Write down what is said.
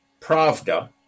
Pravda